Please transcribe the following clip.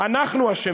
אנחנו אשמים.